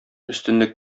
өстенлек